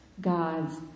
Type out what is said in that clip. God's